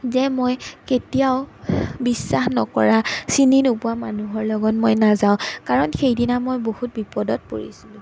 যে মই কেতিয়াও বিশ্বাস নকৰা চিনি নোপোৱা মানুহৰ লগত মই নাযাওঁ কাৰণ সেইদিনা মই বহুত বিপদত পৰিছিলোঁ